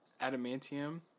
adamantium